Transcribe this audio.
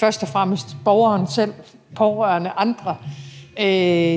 først og fremmest borgerne selv samt pårørende og andre,